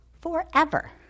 forever